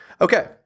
Okay